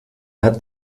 hat